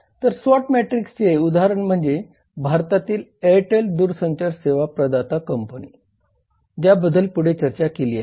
तर स्वॉट मॅट्रिक्सचे उदाहरण म्हणजे भारतातील एअरटेल दूरसंचार सेवा प्रदाता कंपनी ज्याबद्दल पुढे चर्चा केली आहे